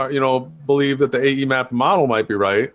you know believe that the eggie map model might be right